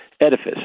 edifice